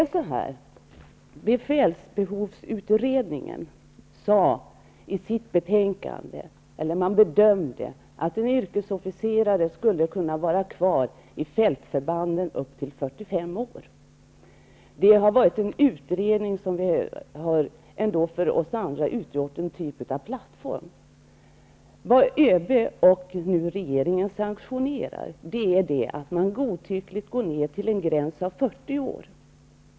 Befälsutredningen bedömde i sitt betänkande att en yrkesofficer skulle kunna vara kvar i fältförbanden upp till 45 års ålder. Detta är vad en utredning kommit fram till, en utredning som för oss andra utgjort en typ av plattform. Vad ÖB och regeringen sanktionerar är att man godtyckligt går ned till en gräns på 40 år.